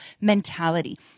mentality